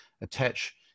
attach